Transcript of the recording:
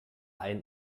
ein